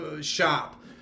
shop